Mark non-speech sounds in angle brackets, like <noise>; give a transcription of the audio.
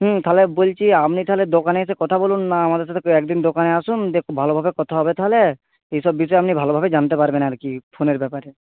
হুম তাহলে বলছি আপনি তাহলে দোকানে এসে কথা বলুন না আমাদের <unintelligible> একদিন দোকানে আসুন <unintelligible> ভালোভাবে কথা হবে তাহলে এইসব বিষয়ে আপনি ভালোভাবে জানতে পারবেন আর কি ফোনের ব্যাপারে